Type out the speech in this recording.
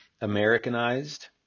Americanized